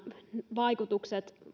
vaikutukset